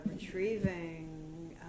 retrieving